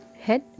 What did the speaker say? head